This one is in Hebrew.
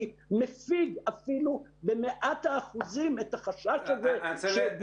מסיר אפילו במאת האחוזים את החשש הזה.